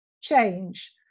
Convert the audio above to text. change